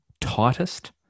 tightest